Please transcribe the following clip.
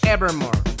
Evermore